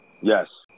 Yes